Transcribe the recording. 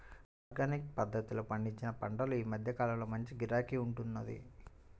organic పద్ధతిలో పండించిన పంటలకు ఈ మధ్య కాలంలో మంచి గిరాకీ ఉంటున్నది